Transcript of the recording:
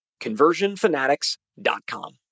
conversionfanatics.com